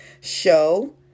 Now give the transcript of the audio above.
show